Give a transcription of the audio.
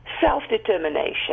self-determination